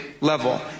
level